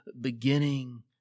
beginning